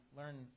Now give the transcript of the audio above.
learn